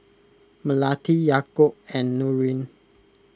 Melati Yaakob and Nurin